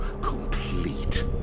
complete